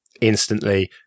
instantly